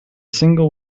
single